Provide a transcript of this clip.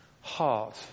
heart